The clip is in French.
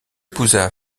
épousa